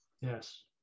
Yes